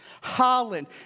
Holland